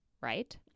right